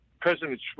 President